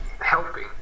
helping